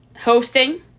hosting